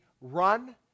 run